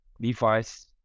device